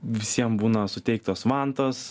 visiem būna suteiktos vantos